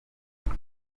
miss